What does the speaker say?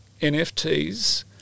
NFTs